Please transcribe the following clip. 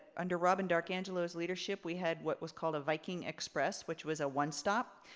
under robin darkangelo's leadership we had what was called a viking express which was a one stop.